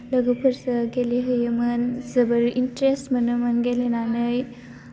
लोगोफोरजों गेलेहैयोमोन जोबोर इनट्रारेस्त मोनोमोन गेलेनानै